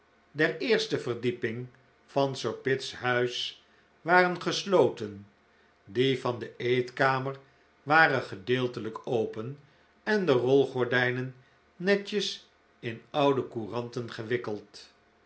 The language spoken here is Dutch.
der eerste verdieping van sir pitt's huis waren gesloten die van de eetkamer waren gedeeltelijk open en de rolgordijnen netjes in oude couranten gewikkeld